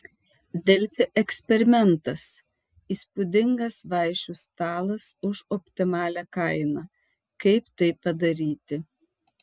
delfi eksperimentas įspūdingas vaišių stalas už optimalią kainą kaip tai padaryti